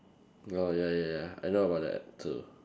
oh ya ya ya I know about that too